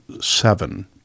seven